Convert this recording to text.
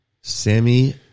Sammy